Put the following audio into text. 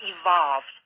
evolved